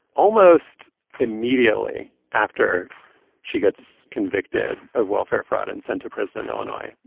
almost immediately after she gets convicted of welfare fraud and sent to prison in illinois,